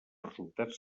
resultats